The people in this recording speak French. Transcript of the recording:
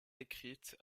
écrites